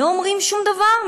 לא אומרים שום דבר,